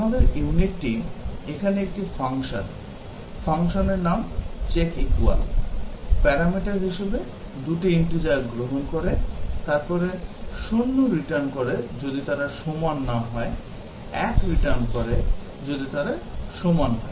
আমাদের ইউনিটটি এখানে একটি ফাংশন ফাংশনের নাম checkequal প্যারামিটার হিসাবে 2 টি integer গ্রহণ করে তারপরে শূন্য রিটার্ন করে যদি তারা সমান না হয় এবং 1 রিটার্ন করে যদি তারা সমান হয়